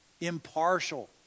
Impartial